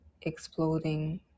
exploding